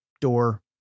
door